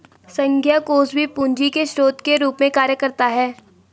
संघीय कोष भी पूंजी के स्रोत के रूप में कार्य करता है